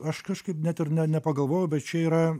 aš kažkaip net ir ne nepagalvojau bet čia yra